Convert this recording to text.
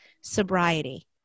sobriety